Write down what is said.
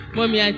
Mommy